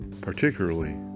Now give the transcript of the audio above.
particularly